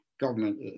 government